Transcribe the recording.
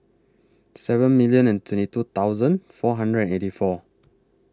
seven million and twenty two thousand four hundred and eighty four